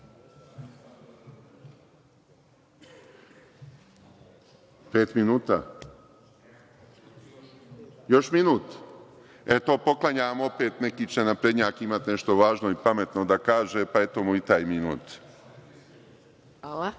minuta? Još minut? E, to poklanjam, opet će neki naprednjak imati nešto važno i pametno da kaže, pa eto mu i taj minut. **Maja